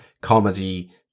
comedy